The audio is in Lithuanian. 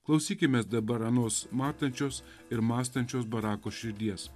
klausykimės dabar anos matančios ir mąstančios barako širdies